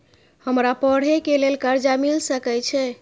हमरा पढ़े के लेल कर्जा मिल सके छे?